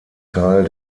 teil